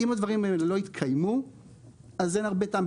אם הדברים האלה לא יתקיימו אז אין הרבה טעם.